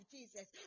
Jesus